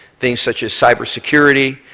things such as cyber security,